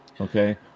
Okay